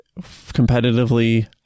competitively